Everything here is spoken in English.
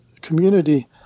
community